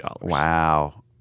Wow